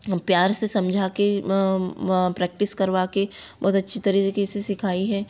प्यार से समझा के प्रैक्टिस करवा के बहुत अच्छी तरीक़े से सिखाई है